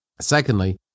Secondly